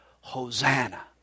Hosanna